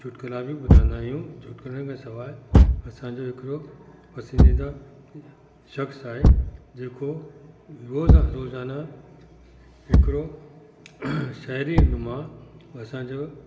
चुटकिला बि ॿुधाईंदा आहियूं चुटकिलनि खां सवाइ असांजो हिकिड़ो पसंदीदा शख़्सु आहे जेको रोज़ा रोज़ाना हिकिड़ो शायरीनुमा असांजो